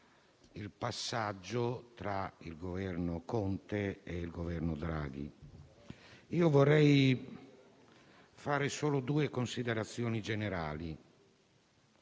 il passaggio tra il Governo Conte e il Governo Draghi. Io vorrei fare solo due considerazioni generali.